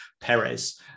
Perez